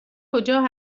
کجا